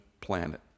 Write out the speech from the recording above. planet